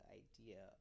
idea